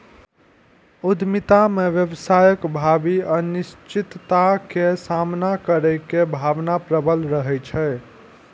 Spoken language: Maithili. उद्यमिता मे व्यवसायक भावी अनिश्चितता के सामना करै के भावना प्रबल रहै छै